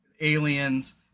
aliens